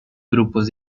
grupos